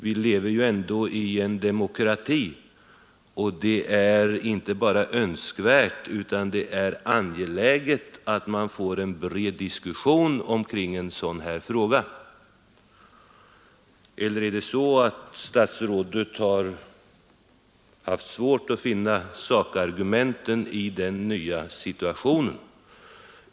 Vi lever ändå i en demokrati, och det är inte bara önskvärt utan det är angeläget att man får en bred diskussion omkring en sådan här fråga. Eller är det så att statsrådet har svårt att finna sakargumenten i den nya situationen?